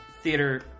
theater